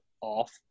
off